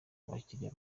abakiliya